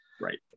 right